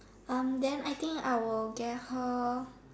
um then I think I will get her